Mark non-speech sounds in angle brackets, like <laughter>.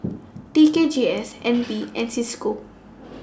<noise> T K G S N P <noise> and CISCO